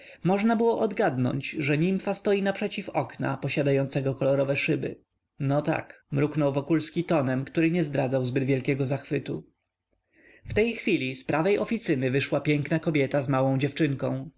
można było odgadnąć że nimfa stoi naprzeciw okna posiadającego kolorowe szyby no tak mruknął wokulski tonem który nie zdradzał zbyt wielkiego zachwytu w tej chwili z prawej oficyny wyszła piękna kobieta z małą dziewczynką